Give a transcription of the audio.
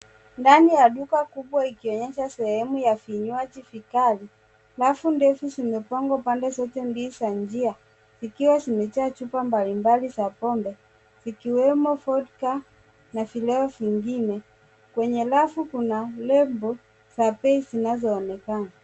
Ndani ya duka kubwa ikionyesha sehemu ya vinywaji vikali. Rafu ndefu zimepangwa pande zote mbili za njia zikiwa zimejaa chupa mbalimbali za pombe zikiwemo Vodka na vileo vingine. Kwenye rafu kuna lebo za bei zinazoonekana.